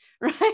right